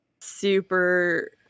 super